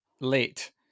late